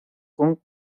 con